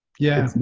yeah.